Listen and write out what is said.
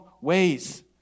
ways